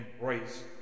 embrace